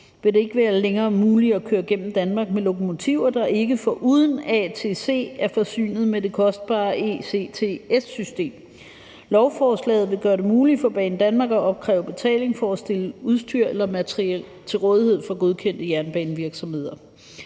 vil det ikke længere være muligt at køre gennem Danmark mod lokomotiver, der ikke foruden ATC er forsynet med det kostbare ETCS-system. Lovforslaget vil gøre det muligt for Banedanmark at opkræve betaling for at stille udstyr eller materiel til rådighed for godkendte jernbanevirksomheder.